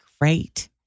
great